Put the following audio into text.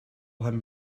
him